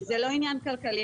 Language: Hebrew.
זה לא עניין כלכלי.